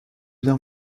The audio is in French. bien